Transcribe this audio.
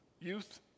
Youth